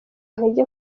intege